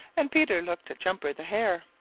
and peter looked at jumper the hare.